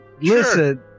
Listen